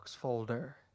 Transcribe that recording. folder